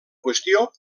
qüestió